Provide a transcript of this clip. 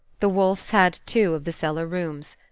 the wolfes had two of the cellar-rooms.